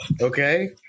Okay